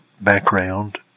background